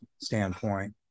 standpoint